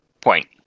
point